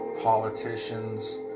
Politicians